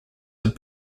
have